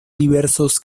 diversos